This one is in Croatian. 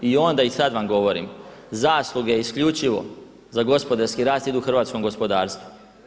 I onda i sad vam govorim zasluge isključivo za gospodarski rast idu hrvatskom gospodarstvu.